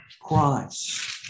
Christ